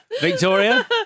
Victoria